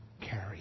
carry